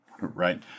right